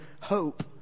hope